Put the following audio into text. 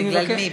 אז זה בגלל מי?